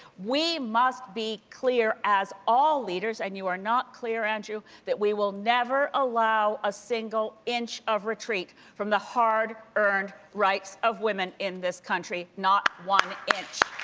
we must be clear as all leaders, and you're not clear, andrew, that we will never allow a single inch of retreat from the hard-earned and rights of women in this country. not one inch.